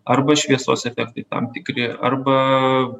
arba šviesos efektai tam tikri arba